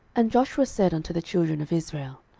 and joshua said unto the children of israel,